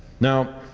now,